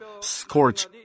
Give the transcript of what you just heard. scorch